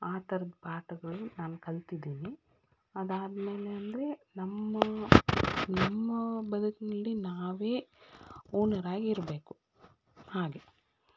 ಆ ಥರದ್ದು ಪಾಠಗಳು ನಾನು ಕಲ್ತಿದ್ದೀನಿ ಅದಾದಮೇಲೆ ಅಂದರೆ ನಮ್ಮ ನಮ್ಮ ಬದುಕಿನಲ್ಲಿ ನಾವೇ ಓನರಾಗಿ ಇರಬೇಕು ಹಾಗೆ